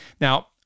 Now